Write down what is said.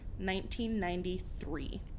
1993